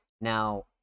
Now